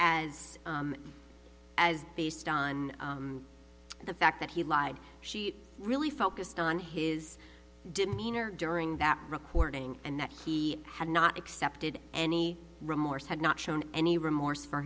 as as based on the fact that he lied she really focused on his demeanor during that recording and that he had not accepted any remorse had not shown any remorse for